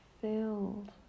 filled